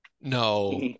No